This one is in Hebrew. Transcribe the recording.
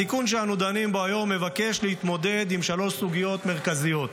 התיקון שאנו דנים בו היום מבקש להתמודד עם שלוש סוגיות מרכזיות: